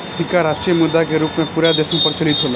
सिक्का राष्ट्रीय मुद्रा के रूप में पूरा देश में प्रचलित होला